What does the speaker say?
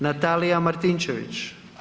Natalija Martinčević.